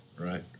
Right